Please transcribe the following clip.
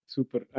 Super